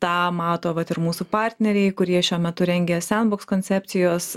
tą mato vat ir mūsų partneriai kurie šiuo metu rengia sandbox koncepcijos